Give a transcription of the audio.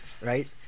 right